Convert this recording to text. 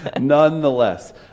nonetheless